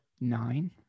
nine